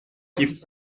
qui